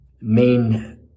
main